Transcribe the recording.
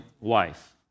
wife